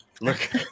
Look